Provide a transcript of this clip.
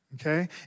okay